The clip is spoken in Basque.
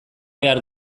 behar